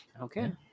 Okay